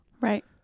right